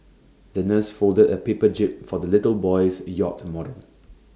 the nurse folded A paper jib for the little boy's yacht model